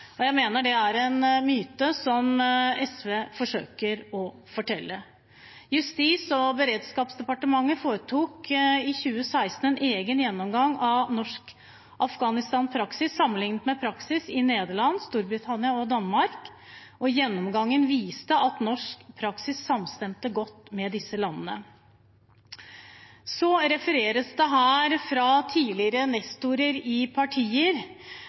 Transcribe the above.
Jeg mener det er en myte som SV forsøker å skape. Justis- og beredskapsdepartementet foretok i 2016 en egen gjennomgang av norsk Afghanistan-praksis sammenlignet med praksis i Nederland, Storbritannia og Danmark. Gjennomgangen viste at norsk praksis samstemte godt med disse landenes. Så refereres det her fra tidligere nestorer i partier